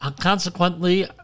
Consequently